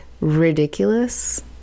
ridiculous